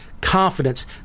confidence